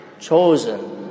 chosen